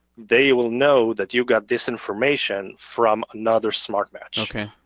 they will know that you got this information from another smart match. okay.